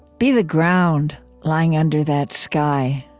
be the ground lying under that sky.